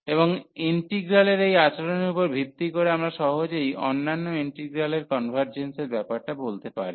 এবং ইন্টিগ্রালের এই আচরণের উপর ভিত্তি করে আমরা সহজেই অন্যান্য ইন্টিগ্রালের কনভার্জেন্সের ব্যাপারটা বলতে পারি